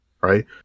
right